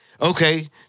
Okay